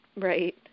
Right